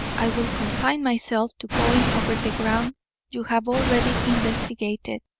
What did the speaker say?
i will confine myself to going over the ground you have already investigated.